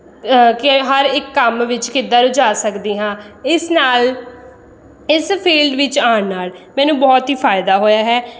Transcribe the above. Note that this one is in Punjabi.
ਕਿ ਹਰ ਇੱਕ ਕੰਮ ਵਿੱਚ ਕਿੱਦਾਂ ਰੁਝਾ ਸਕਦੀ ਹਾਂ ਇਸ ਨਾਲ ਇਸ ਫੀਲਡ ਵਿੱਚ ਆਉਣ ਨਾਲ ਮੈਨੂੰ ਬਹੁਤ ਹੀ ਫਾਇਦਾ ਹੋਇਆ ਹੈ